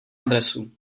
adresu